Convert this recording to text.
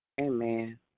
Amen